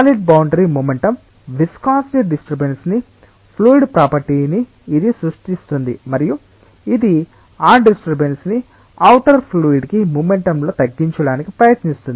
solid boundary momentum viscosity disturbance ని fluid property ని ఇది సృష్టిస్తుంది మరియు ఇది ఆ డిస్టర్బెన్స్ ని ఔటర్ ఫ్లూయిడ్ కి మొమెంటం లో తగ్గించడానికి ప్రయత్నిస్తుంది